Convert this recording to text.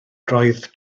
roedd